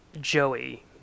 joey